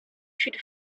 should